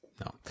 no